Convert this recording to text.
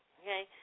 okay